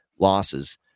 losses